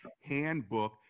Handbook